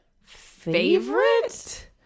favorite